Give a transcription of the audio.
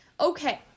okay